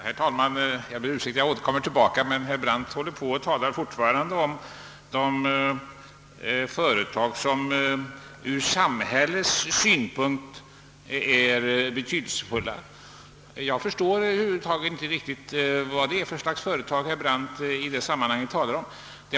Herr talman! Jag ber om ursäkt för att jag återkommer ännu en gång. Herr Brandt talar fortfarande om de företag som ur samhällets synpunkt är betydelsefulla. Jag förstår över huvud taget inte vad det är för slags företag herr Brandt i detta sammanhang syftar på.